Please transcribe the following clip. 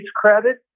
credit